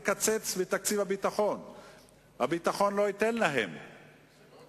ומי שרוצה להכין את התקציב הבא של מדינת ישראל,